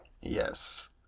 Yes